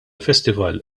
festival